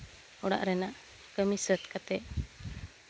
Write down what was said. ᱚᱲᱟᱜ ᱨᱮᱱᱟᱜ ᱠᱟᱹᱢᱤ ᱥᱟᱹᱛ ᱠᱟᱛᱮ